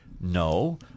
No